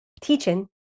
teaching